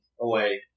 away